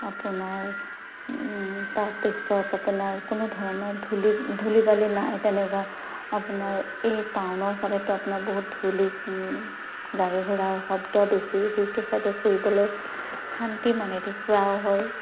আপোনাৰ তাৰপিছত আপোনাৰ কোনো ধৰণৰ ধূলি বালি নাই তেনেকুৱা আপোনাৰ এই টাউনৰ ফালেতো আপোনাৰ বহুত ধূলি গাড়ী ঘোঁৰাৰ শব্দ বেছি সেইটো চাইডে ফুৰিবলৈ শান্তি ফুৰাও হয়